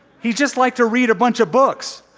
he'd just like to read a bunch of books.